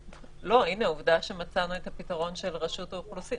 עובדה שמצאנו את הפתרון של רשות האוכלוסין.